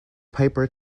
piper